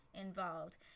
involved